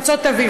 "מצות אביב".